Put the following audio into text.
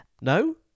No